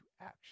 action